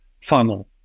funnel